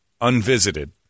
unvisited